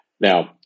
Now